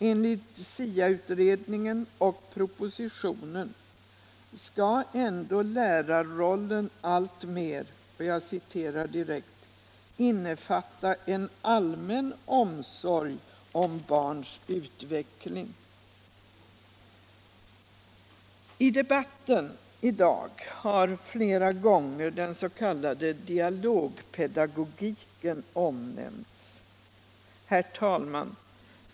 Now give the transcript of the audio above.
Enligt SIA-utredningen och propositionen skall ändå lärarrollen alltmer ”innefatta en allmän omsorg om barns utveckling”. I debatten i dag har flera gånger den s.k. dialogpedagogiken omnämnts. Herr talman!